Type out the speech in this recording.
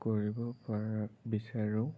কৰিব পাৰোঁ বিচাৰোঁ